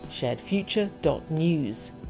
sharedfuture.news